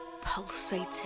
pulsating